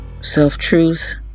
self-truth